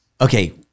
Okay